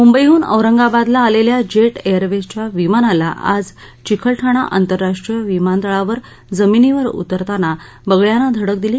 मुंबईहन औरंगाबादला आलेल्या जेट एअरवेजच्या विमानाला आज चिकलठाणा आंतरराष्ट्रीय विमानतळावर जमिनीवर उतरताना बगळ्यानं धडक दिली